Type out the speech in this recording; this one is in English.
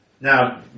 Now